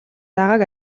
байгааг